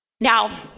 Now